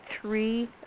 three